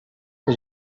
que